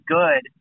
good